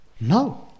No